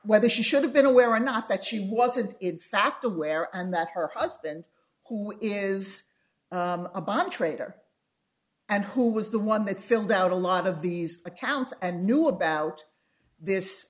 whether she should have been aware or not that she wasn't in fact aware and that her husband who is a bunch rater and who was the one that filled out a lot of these accounts and knew about this